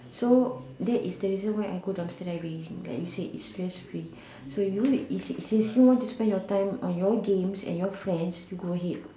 so that is the reason why I go dumpster diving like you said it's stress free so you since you want to spend your time on your games and your friends you go ahead